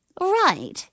Right